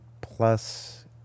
plus